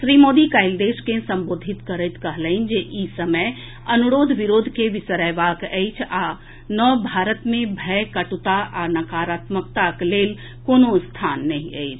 श्री मोदी काल्हि देश के संबोधित करैत कहलनि जे ई समय अनुरोध विरोध के विसरएबाक अछि आ नव भारत मे भय कटुता आ नकारात्मकताक लेल कोनो स्थान नहि अछि